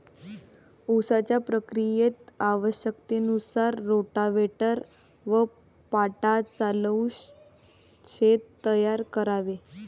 उसाच्या प्रक्रियेत आवश्यकतेनुसार रोटाव्हेटर व पाटा चालवून शेत तयार करावे